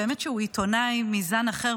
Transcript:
באמת שהוא עיתונאי מזן אחר,